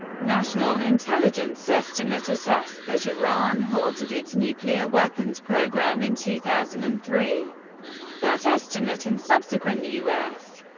national intelligence estimate assessed that iran halted its nuclear weapons program in two thousand and three that estimate and subsequent u s.